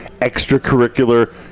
extracurricular